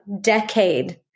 decade